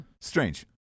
strange